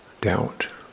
doubt